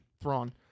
Thrawn